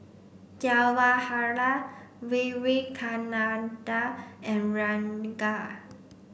Jawaharlal Vivekananda and Ranga